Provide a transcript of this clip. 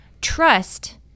trust